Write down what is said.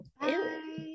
Bye